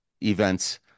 events